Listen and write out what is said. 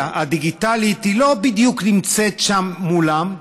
הדיגיטלית לא בדיוק נמצאת שם מולם,